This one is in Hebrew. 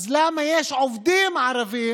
אז למה יש עובדים ערבים